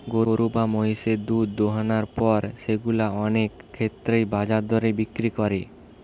গরু বা মহিষের দুধ দোহানোর পর সেগুলা কে অনেক ক্ষেত্রেই বাজার দরে বিক্রি করে